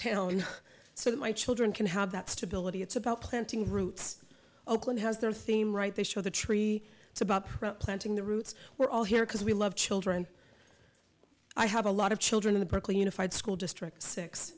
town so that my children can have that stability it's about planting roots oakland has their theme right they show the tree it's about planting the roots we're all here because we love children i have a lot of children in the berkeley unified school district six